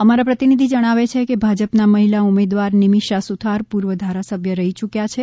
અમારા પ્રતિનિધિ જણાવે છે કે ભાજપના મહિલા ઉમેદવાર નિમિષા સુથાર પૂર્વ ધારાસભ્ય રહી યૂક્યા છે